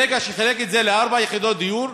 ברגע שהוא חילק את זה לארבע יחידות דיור,